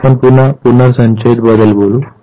आता आपण पुन्हा पुनर्संचयित बद्दल बोलू